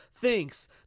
thinks